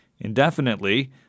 indefinitely